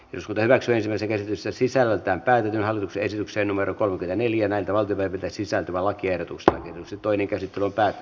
jyskytelläkseen sekä sen sisältä päin ja esityksen marokon vielä neljänä iltana levitesisältyvän lakiehdotuksen toinen käsittely päättyi